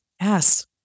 Yes